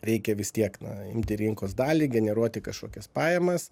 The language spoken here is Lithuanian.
reikia vis tiek na imti rinkos dalį generuoti kažkokias pajamas